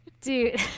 dude